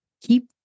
Keep